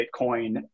Bitcoin